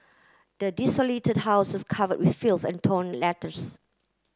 the desolated house was covered in filth and torn letters